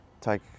take